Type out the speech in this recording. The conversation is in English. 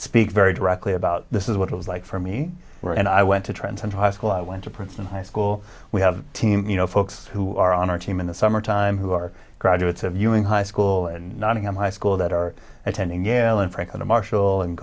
speak very directly about this is what it was like for me when i went to trenton high school i went to princeton high school we have team you know folks who are on our team in the summer time who are graduates of ewing high school and nottingham high school that are attending galen franklin and marshall and